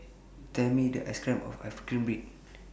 Tell Me The Price of Ice Cream Bread